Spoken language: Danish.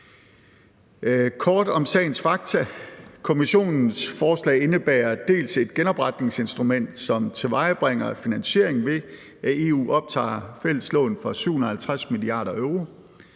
Kort om sagens fakta: Kommissionens forslag indebærer dels et genopretningsinstrument, som tilvejebringer finansiering ved, at EU optager fælles lån for 750 mia. euro,